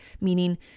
meaning